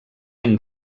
any